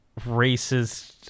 racist